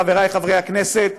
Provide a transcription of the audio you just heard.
חברי חברי הכנסת,